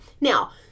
Now